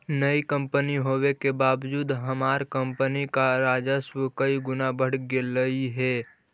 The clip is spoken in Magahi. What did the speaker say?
नई कंपनी होने के बावजूद हमार कंपनी का राजस्व कई गुना बढ़ गेलई हे